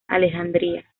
alejandría